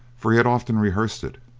for he had often rehearsed it,